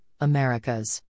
Americas